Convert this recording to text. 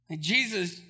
Jesus